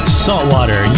saltwater